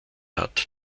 hat